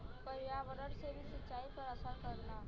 पर्यावरण से भी सिंचाई पर असर करला